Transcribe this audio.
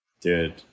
Dude